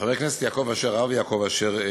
חבר הכנסת יעקב אשר, הרב יעקב אשר,